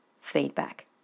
feedback